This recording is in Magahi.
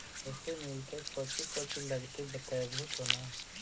कैसे मिलतय कौची कौची लगतय बतैबहू तो न?